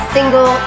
Single